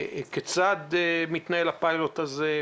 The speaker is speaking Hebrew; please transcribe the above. כיצד מתנהל הפיילוט הזה?